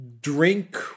drink